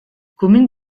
commune